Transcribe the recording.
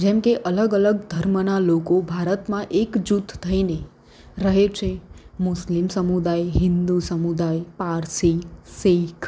જેમકે અલગ અલગ ધર્મનાં લોકો ભારતમાં એક જૂથ થઈને રહે છે મુસ્લિમ સમુદાય હિન્દુ સમુદાય પારસી શીખ